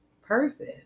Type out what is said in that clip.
person